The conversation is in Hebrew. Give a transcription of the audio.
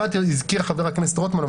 אחת הזכיר חבר הכנסת רוטמן,